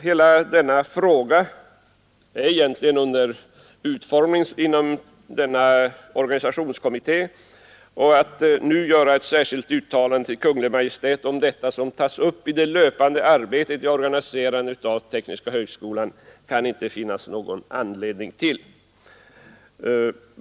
Hela verksamheten är egentligen under utformning inom organisationskommittén, och att nu göra ett särskilt uttalande till Kungl Maj:t om detta, som tas upp i det löpande arbetet vid organiserandet av tekniska högskolan, kan det inte finnas någon anledning till.